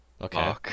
Okay